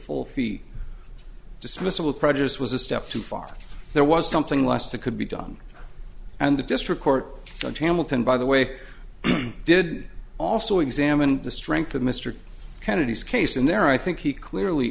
full fee dismissible creditors was a step too far there was something less that could be done and the district court judge hamilton by the way did also examine the strength of mr kennedy's case in there i think he clearly